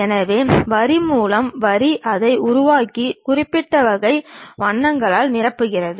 எனவே வரி மூலம் வரி அதை உருவாக்கி குறிப்பிட்ட வகை வண்ணங்களால் நிரப்புகிறது